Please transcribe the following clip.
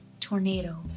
tornado